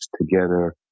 together